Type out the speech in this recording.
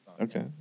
Okay